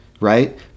right